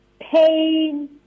pain